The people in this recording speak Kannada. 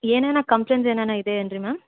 ಏನೇನ ಕಂಪ್ಲೇಂಟ್ಸ್ ಏನೇನ ಇದೆ ಏನು ರೀ ಮ್ಯಾಮ್